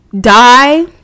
die